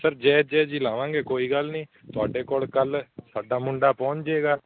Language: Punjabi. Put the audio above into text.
ਸਰ ਜਾਇਜ਼ ਜਾਇਜ਼ ਹੀ ਲਾਵਾਂਗੇ ਕੋਈ ਗੱਲ ਨਹੀਂ ਤੁਹਾਡੇ ਕੋਲ ਕੱਲ੍ਹ ਸਾਡਾ ਮੁੰਡਾ ਪਹੁੰਚ ਜਾਏਗਾ